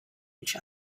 each